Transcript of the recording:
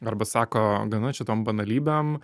arba sako gana čia tom banalybėm